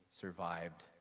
survived